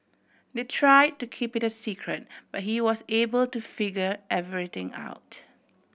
they try to keep it a secret but he was able to figure everything out